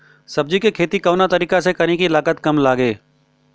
सब्जी के खेती कवना तरीका से करी की लागत काम लगे?